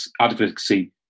advocacy